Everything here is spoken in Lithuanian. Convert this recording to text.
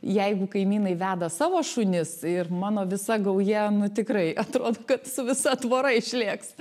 jeigu kaimynai veda savo šunis ir mano visa gauja nu tikrai atrodo kad su visa tvora išlėks